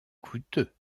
coûteux